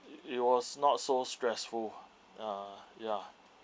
it was not so stressful ah ya